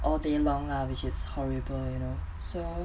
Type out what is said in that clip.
all day long lah which is horrible you know so